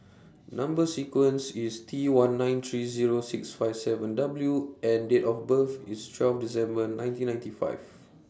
Number sequence IS T one nine three Zero six five seven W and Date of birth IS twelve December nineteen ninety five